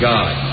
God